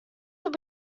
will